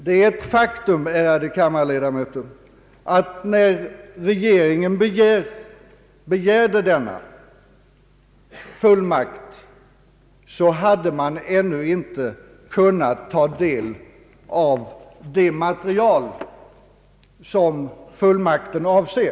Det är ett faktum, ärade kammarledamöter, att när regeringen begärde denna fullmakt hade regeringen ännu inte kunnat ta del av det material som fullmakten avser.